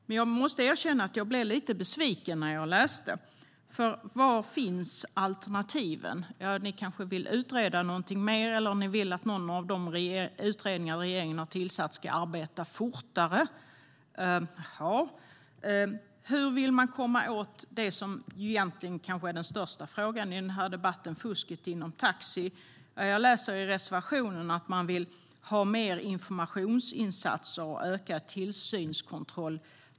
Men jag måste erkänna att jag blev lite besviken när jag läste reservationerna, för var finns alternativen? Ja, ni kanske vill att någonting ska utredas mer eller att någon av de utredningar som regeringen har tillsatt ska arbeta fortare. Jaha! Hur vill ni komma åt det som egentligen är den kanske största frågan i den här debatten, nämligen fusket inom taxi? Jag läser i reservationen att ni vill ha mer informationsinsatser och ökad tillsynskontroll.